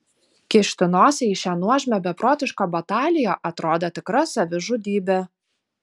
kišti nosį į šią nuožmią beprotišką bataliją atrodė tikra savižudybė